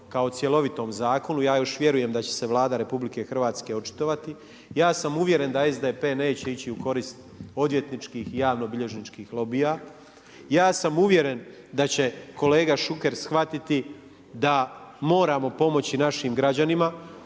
kao cjelovitom zakonu. Ja još vjerujem da će se Vlada RH očitovati. Ja sam uvjeren da SDP neće ići u korist odvjetničkih i javnobilježničkih lobija. Ja sam uvjeren da će kolega Šuker shvatiti da moramo pomoći našim građanima,